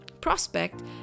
prospect